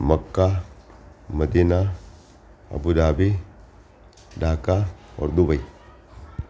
Mecca Medina Abu Dhabi Dhaka ઓર Dubai